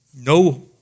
No